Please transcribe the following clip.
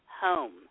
home